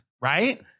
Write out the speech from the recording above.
right